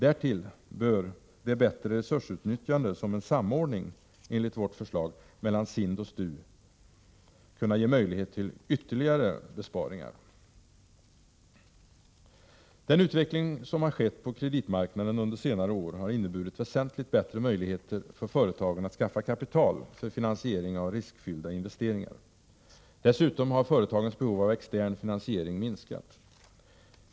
Därtill bör det bättre resursutnyttjande som en samordning mellan SIND och STU innebär enligt vårt förslag kunna ge möjlighet till ytterligare besparingar. Den utveckling som har skett på kreditmarknaden under senare år har inneburit väsentligt bättre möjligheter för företagen att skaffa kapital för finansiering av riskfyllda investeringar. Dessutom har företagens behov av extern finansiering minskat.